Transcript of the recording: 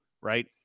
right